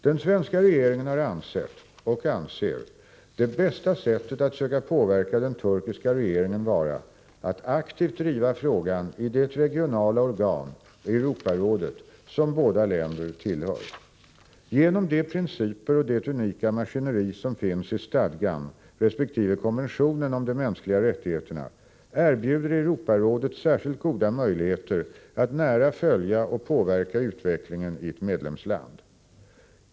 Den svenska regeringen har ansett och anser det bästa sättet att söka påverka den turkiska regeringen vara att aktivt driva frågan i det regionala organ, Europarådet, som båda länderna tillhör. Genom de principer och det unika maskineri som finns i stadgan resp. konventionen om de mänskliga rättigheterna erbjuder Europarådet särskilt goda möjligheter att nära följa och påverka utvecklingen i ett medlemsland.